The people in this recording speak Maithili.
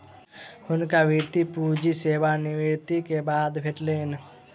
हुनका वृति पूंजी सेवा निवृति के बाद भेटलैन